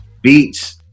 Beats